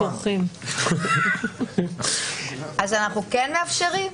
אנחנו כן מאפשרים?